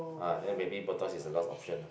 ah then maybe bottle is the last option ah